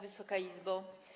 Wysoka Izbo!